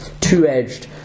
two-edged